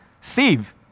Steve